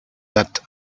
that